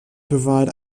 provide